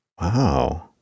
wow